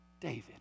David